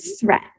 threat